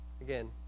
Again